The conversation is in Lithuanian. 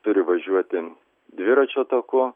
turi važiuoti dviračio taku